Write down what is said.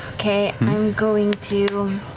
okay, i'm going to,